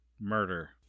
murder